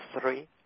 three